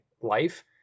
life